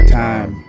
time